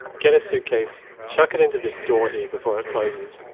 get a suitcase, chuck it into this door here before it closes.